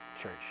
church